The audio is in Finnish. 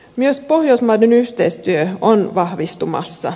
myös pohjoismaiden yhteistyö on vahvistumassa